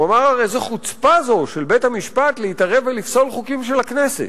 הוא אמר: איזו חוצפה זו של בית-המשפט להתערב ולפסול חוקים של הכנסת,